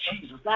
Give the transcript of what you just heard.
Jesus